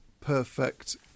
perfect